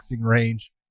range